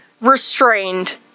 restrained